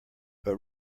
but